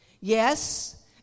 Yes